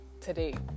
today